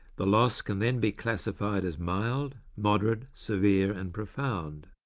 the loss can then be classified as mild, moderate, severe, and profound.